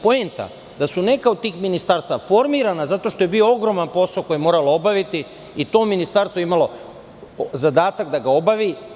Poenta je da su neka od tih ministarstava formirana zato što je bio ogroman posao koji su morali obaviti i to ministarstvo je imalo zadatak da ga obavi.